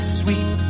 sweet